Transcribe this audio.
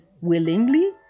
willingly